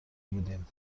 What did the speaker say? بودیم